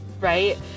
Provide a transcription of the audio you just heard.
right